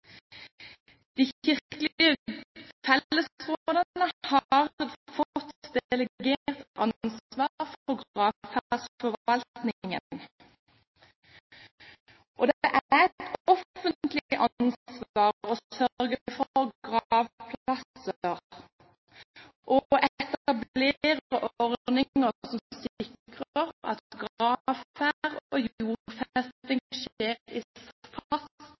De kirkelige fellesrådene har fått delegert ansvar for gravferdsforvaltningen. Det er et offentlig ansvar å sørge for gravplasser og etablere ordninger som sikrer at gravferd og jordfesting skjer i